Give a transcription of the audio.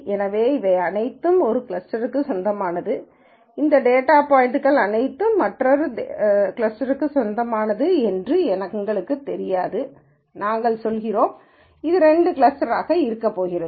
எனவே இவை அனைத்தும் ஒரு கிளஸ்டருக்கு சொந்தமானது இந்த டேட்டா பாய்ன்ட்கள் அனைத்தும் மற்றொரு கிளஸ்டருக்கு சொந்தமானது என்று என்று எங்களுக்குத் தெரியாது நாங்கள் சொல்கிறோம் அது இரண்டு கிளஸ்டர்களாக இருக்கப் போகிறது